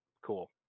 cool